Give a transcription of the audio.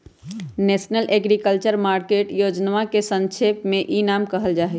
national agriculture market योजनवा के संक्षेप में ई नाम कहल जाहई